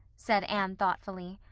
said anne thoughtfully.